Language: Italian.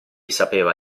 sapeva